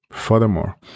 furthermore